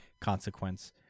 consequence